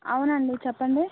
అవునండి చెప్పండి